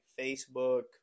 Facebook